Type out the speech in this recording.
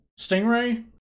Stingray